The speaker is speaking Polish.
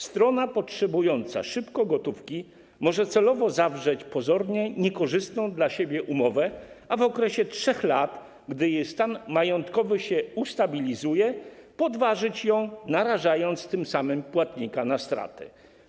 Strona potrzebująca szybko gotówki może celowo pozornie zawrzeć niekorzystną dla siebie umowę, a w okresie 3 lat, gdy jej stan majątkowy się ustabilizuje, podważyć ją, narażając tym samym płatnika na straty.